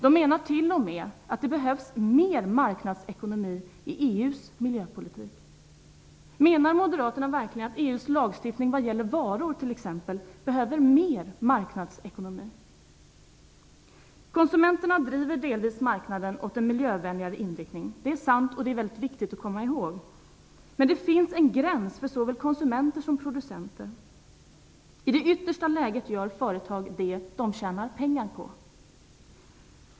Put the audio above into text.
De menar t.o.m. att det behövs mer av marknadsekonomi i EU:s miljöpolitik. Menar moderaterna verkligen att EU:s lagstiftning vad gäller varor t.ex. behöver mer av marknadsekonomi? Konsumenterna driver delvis marknaden åt en miljövänligare inriktning. Det är sant och väldigt viktigt att komma ihåg. Men det finns en gräns för såväl konsumenter som producenter. I det yttersta läget gör företagen det de tjänar pengar på.